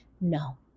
No